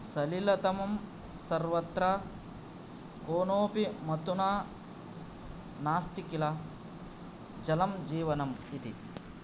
सलिलतमं सर्वत्र कोनोपि मत्तुना नास्ति किल जलं जीवनं इति